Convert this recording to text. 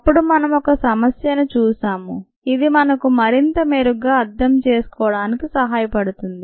అప్పుడు మనం ఒక సమస్యను చూశాము ఇది మనకు మరింత మెరుగ్గా అర్థం చేసుకోవడానికి సహాయపడుతుంది